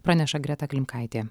praneša greta klimkaitė